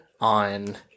on